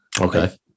Okay